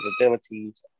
abilities